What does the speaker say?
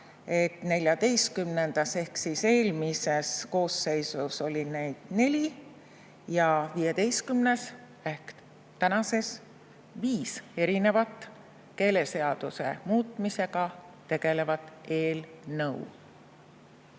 XIV ehk eelmises koosseisus oli neli ja XV ehk tänases viis erinevat keeleseaduse muutmisega tegelevat eelnõu.